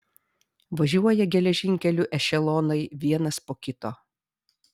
važiuoja geležinkeliu ešelonai vienas po kito